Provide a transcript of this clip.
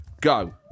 Go